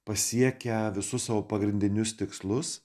pasiekę visus savo pagrindinius tikslus